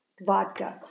vodka